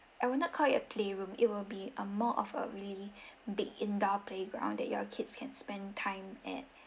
I would not call it a playroom it will be a more of a really big indoor playground that your kids can spend time at